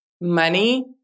money